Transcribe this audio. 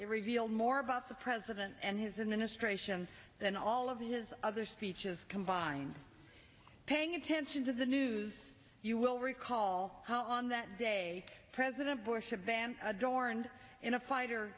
reveal more about the president and his administration than all of his other speeches combined paying attention to the news you will recall on that day president bush a ban adorned in a fighter